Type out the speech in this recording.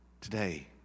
Today